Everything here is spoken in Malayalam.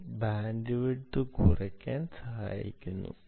ഇത് ബാൻഡ്വിഡ്ത്ത് കുറയ്ക്കാൻ സഹായിക്കുന്നു